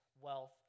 wealth